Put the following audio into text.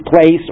place